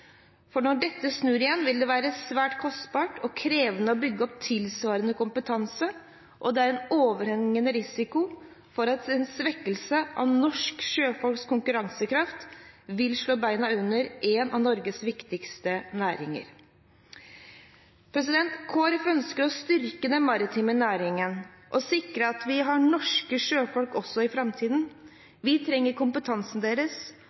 For når dette snur igjen, vil det være svært kostbart og krevende å bygge opp tilsvarende kompetanse, og det er en overhengende risiko for at en svekkelse av norske sjøfolks konkurransekraft vil slå beina under en av Norges viktigste næringer. Kristelig Folkeparti ønsker å styrke den maritime næringen og sikre at vi har norske sjøfolk også i framtiden. Vi trenger kompetansen deres,